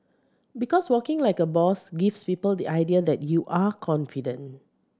because walking like a boss gives people the idea that you are confident